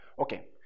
Okay